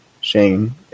Shane